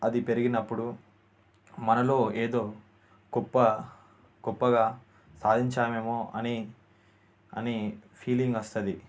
అది పెరిగినప్పుడు మనలో ఏదో గొప్ప గొప్పగా సాధించామేమో అని అని ఫీలింగ్ వస్తుంది